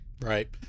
Right